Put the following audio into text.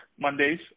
Mondays